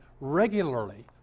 regularly